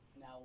Now